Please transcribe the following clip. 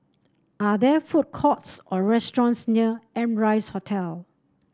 are there food courts or restaurants near Amrise Hotel